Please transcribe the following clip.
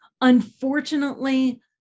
Unfortunately